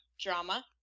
drama